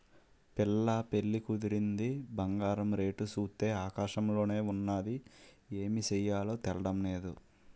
పిల్ల పెళ్లి కుదిరింది బంగారం రేటు సూత్తే ఆకాశంలోన ఉన్నాది ఏమి సెయ్యాలో తెల్డం నేదు